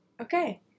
okay